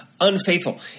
unfaithful